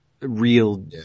real